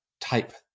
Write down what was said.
type